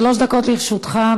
שלוש דקות לרשותך.